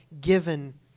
given